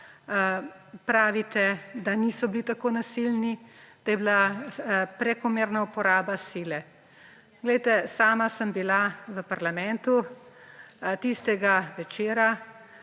pravite, da niso bili tako nasilni, da je bila prekomerna uporaba sile. Sama sem bila v parlamentu tistega večera,